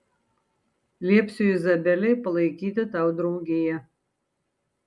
liepsiu izabelei palaikyti tau draugiją